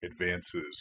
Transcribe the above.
advances